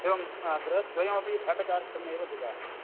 एवं गृहद्वयमपि भाटकार्थमेव ददामि